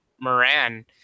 Moran